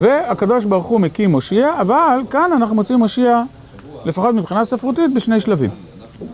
והקדוש ברוך הוא מקים מושיע, אבל כאן אנחנו מוצאים מושיע, לפחות מבחינה ספרותית, בשני שלבים.